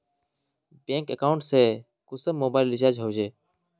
Bank account से कुंसम mobile recharge होचे?